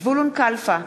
זבולון קלפה,